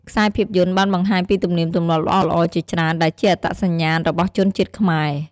ខ្សែភាពយន្តបានបង្ហាញពីទំនៀមទម្លាប់ល្អៗជាច្រើន ដែលជាអត្តសញ្ញាណរបស់ជនជាតិខ្មែរ ។